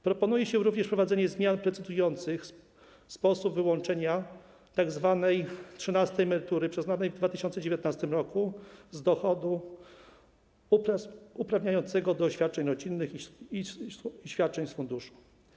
Proponuje się również wprowadzenie zmian precyzujących sposób wyłączenia tzw. trzynastej emerytury przyznanej w 2019 r. z dochodu uprawniającego do świadczeń rodzinnych i świadczeń z funduszu.